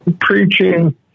preaching